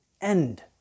end